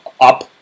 up